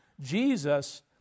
Jesus